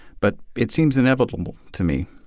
but it seems inevitable to me.